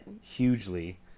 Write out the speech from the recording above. hugely